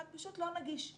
פשוט לא נגיש.